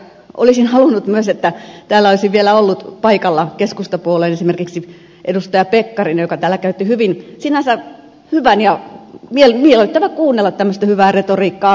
olisin halunnut myös että täällä olisi vielä ollut paikalla keskustapuolueesta esimerkiksi edustaja pekkarinen joka täällä käytti sinänsä hyvän fiksun puheenvuoron miellyttävä kuunnella tämmöistä hyvää retoriikkaa